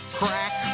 crack